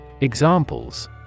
Examples